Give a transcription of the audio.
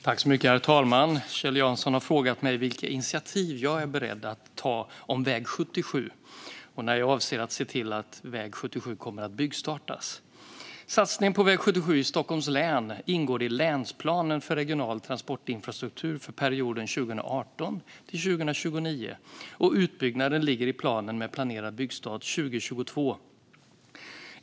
Herr talman! Kjell Jansson har frågat mig vilka initiativ jag är beredd att ta om väg 77 och när jag avser att se till att väg 77 kommer att byggstartas. Satsningen på väg 77 i Stockholms län ingår i länsplanen för regional transportinfrastruktur för perioden 2018-2029, och utbyggnaden ligger i planen med planerad byggstart 2022.